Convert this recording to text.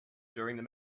during